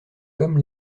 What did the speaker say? comme